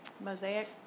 Mosaic